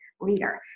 leader